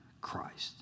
Christ